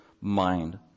mind